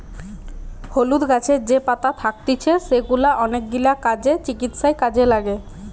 হলুদ গাছের যে পাতা থাকতিছে সেগুলা অনেকগিলা কাজে, চিকিৎসায় কাজে লাগে